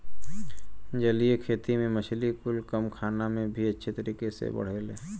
जलीय खेती में मछली कुल कम खाना में भी अच्छे तरीके से बढ़ेले